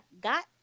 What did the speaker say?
got